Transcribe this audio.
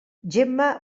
gemma